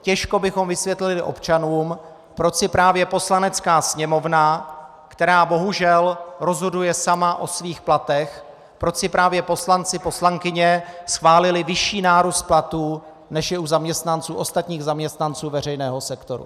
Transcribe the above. Těžko bychom vysvětlili občanům, proč si právě Poslanecká sněmovna, která bohužel rozhoduje sama o svých platech, proč si právě poslanci, poslankyně schválili vyšší nárůst platů, než je u ostatních zaměstnanců veřejného sektoru.